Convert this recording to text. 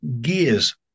gears